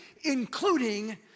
including